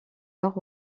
nord